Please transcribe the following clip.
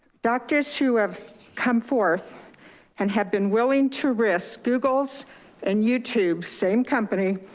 doctors who have come forth and have been willing to risk google's and youtube, same company,